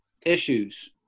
issues